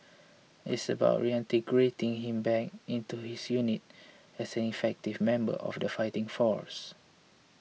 it's about reintegrating him back into his unit as an effective member of the fighting force